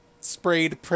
sprayed